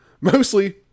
mostly